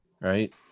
right